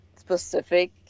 specific